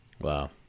wow